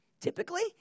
Typically